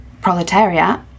proletariat